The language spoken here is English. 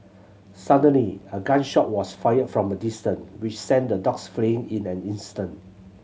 suddenly a gun shot was fired from a distance which sent the dogs fleeing in an instant